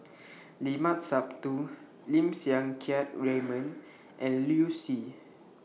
Limat Sabtu Lim Siang Keat Raymond and Liu Si